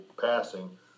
passing